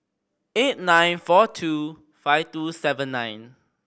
eight nine four two five two seven nine